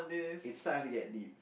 it's time to get deep